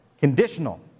conditional